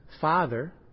father